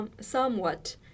somewhat